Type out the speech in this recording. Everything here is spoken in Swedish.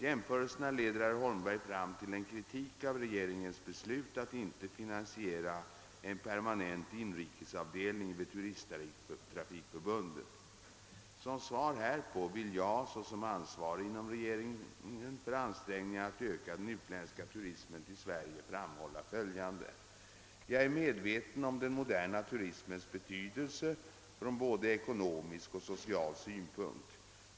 Jämförelserna leder herr Holmberg fram till en kritik av regeringens beslut att inte finansiera en permanent inrikesavdelning vid Turisttrafikförbundet. Som svar härpå vill jag, såsom ansvarig inom regeringen för ansträngningarna att öka den utländska turismen till Sverige, framhålla följande. Jag är väl medveten om den moderna turismens betydelse från både ekonomisk och social synpunkt.